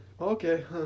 Okay